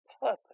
purpose